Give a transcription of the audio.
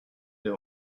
des